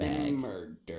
Murder